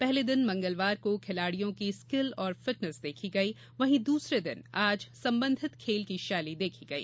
पहले दिन मंगलवार को खिलाड़ियों की स्किल और फिटनेस देखी गई वही दूसरे दिन आज सम्बंधित खेल की शैली देखी गई